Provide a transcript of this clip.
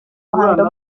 ruhando